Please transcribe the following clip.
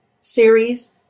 series